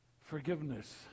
Forgiveness